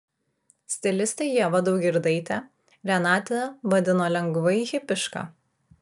stilistė ieva daugirdaitė renatą vadino lengvai hipiška